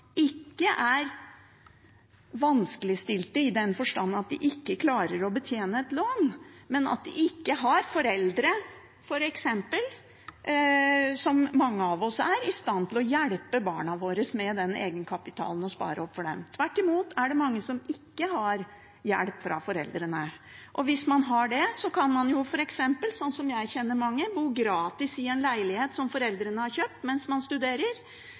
ikke er vanskeligstilte i den forstand at de ikke klarer å betjene et lån, men som ikke har foreldre, f.eks., som mange av oss er, som er i stand til å hjelpe barna sine med egenkapitalen og spare opp for dem. Tvert imot er det mange som ikke har hjelp fra foreldrene. Hvis man har det, kan man f.eks. – jeg kjenner mange – bo gratis mens man studerer i en leilighet som foreldrene har kjøpt, og så kan man